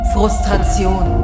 Frustration